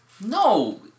No